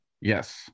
Yes